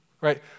right